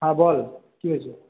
হ্যাঁ বল কী হয়েছে